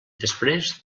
després